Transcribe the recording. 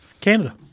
Canada